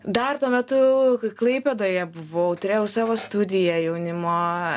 dar tuo metu klaipėdoje buvau turėjau savo studiją jaunimo